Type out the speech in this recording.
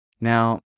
Now